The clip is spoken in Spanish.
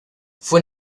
fue